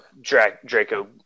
draco